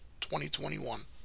2021